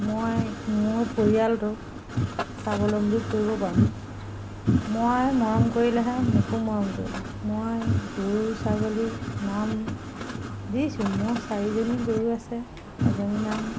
মই মোৰ পৰিয়ালটো স্বাৱলম্বী কৰিব পাৰোঁ মই মৰম কৰিলেহে মোকো মৰম কৰিব মই গৰু ছাগলীৰ নাম দিছোঁ মোৰ চাৰিজনী গৰু আছে এজনীৰ নাম